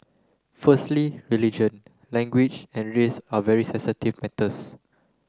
firstly religion language and race are very sensitive matters